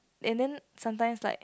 and then sometimes like